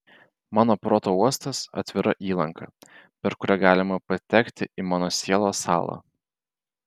mano proto uostas atvira įlanka per kurią galima patekti į mano sielos sąlą